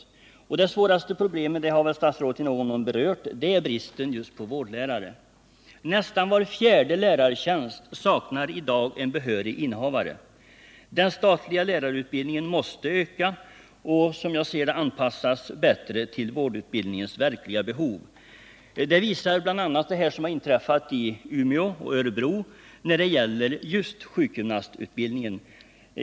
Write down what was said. Det svåraste problemet har väl statsrådet i någon mån berört, nämligen bristen på just vårdlärare. Nästan var fjärde lärartjänst saknar i dag en behörig innehavare. Den statliga lärarutbildningen måste öka och bättre anpassas till vårdutbildningens verkliga behov. Det visar bl.a. det som inträffat i Umeå och i Örebro när det gäller sjukgymnastutbildningen.